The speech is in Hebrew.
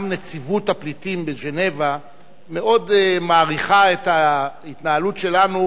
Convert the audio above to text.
גם נציבות הפליטים בז'נבה מאוד מעריכה את ההתנהלות שלנו,